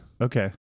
okay